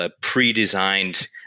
pre-designed